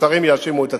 ששרים יאשימו את עצמם.